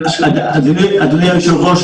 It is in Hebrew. אדוני היושב-ראש,